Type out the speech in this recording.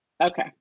Okay